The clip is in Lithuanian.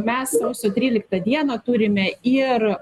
mes sausio tryliktą dieną turime ir